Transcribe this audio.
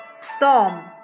Storm